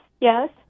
yes